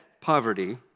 poverty